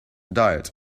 diet